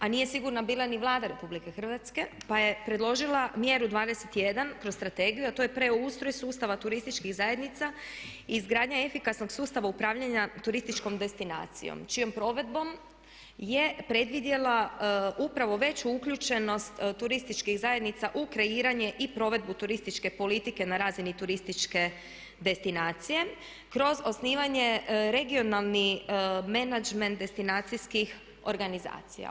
A nije sigurna bila ni Vlada RH pa je predložila Mjeru 21 kroz strategiju a to je preustroj sustava turističkih zajednica, izgradnja efikasnog sustava upravljanja turističkom destinacijom čijom provedbom je predvidjela upravo veću uključenost turističkih zajednica u kreiranje i provedbu turističke politike na razini turističke destinacije kroz osnivanje regionalnih menadžment destinacijskih organizacija.